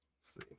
See